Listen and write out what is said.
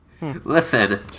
Listen